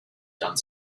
done